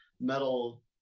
metal